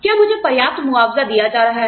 क्या मुझे पर्याप्त मुआवजा दिया जा रहा है